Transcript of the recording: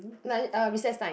lunch uh recess time